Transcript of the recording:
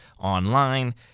online